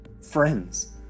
friends